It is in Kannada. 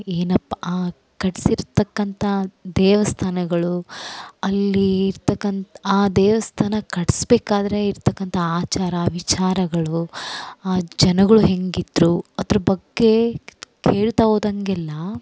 ಏನಪ್ಪ ಆ ಕಟ್ಸಿರ್ತಕ್ಕಂಥ ದೇವಸ್ಥಾನಗಳು ಅಲ್ಲೀ ಇರ್ತಕ್ಕಂಥ ಆ ದೇವಸ್ಥಾನ ಕಟ್ಸಬೇಕಾದರೆ ಇರ್ತಕ್ಕಂಥ ಆಚಾರ ವಿಚಾರಗಳು ಆ ಜನಗಳು ಹೆಂಗಿದ್ರು ಅದ್ರ ಬಗ್ಗೆ ಹೇಳ್ತಹೋದಂಗೆಲ್ಲ